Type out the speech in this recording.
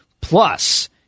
Plus